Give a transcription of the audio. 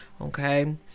okay